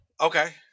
okay